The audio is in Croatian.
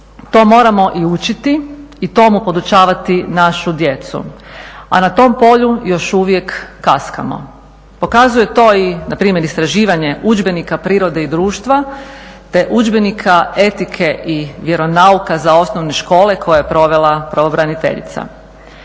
to moramo i učiti i tomu podučavati našu djecu, a na tom polju još uvijek kaskamo. Pokazuje to npr. istraživanje udžbenika prirode i društva, te udžbenika etike i vjeronauka za osnove škole koje je provela pravobraniteljica.